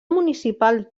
municipal